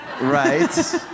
Right